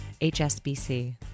HSBC